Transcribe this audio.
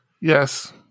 yes